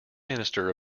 minister